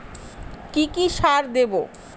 কি কি সার দেবো?